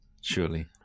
surely